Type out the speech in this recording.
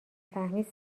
فهمید